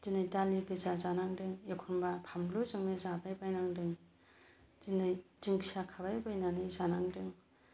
दिनै दालि गोजा जांनांदों एखमब्ला फानलु जोंनो जाबाय बायनांदों दिनै दिंखिया खाबाय बायनानै जानांदों